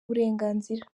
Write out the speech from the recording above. uburenganzira